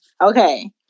okay